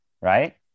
right